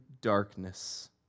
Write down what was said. darkness